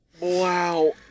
Wow